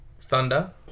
Thunder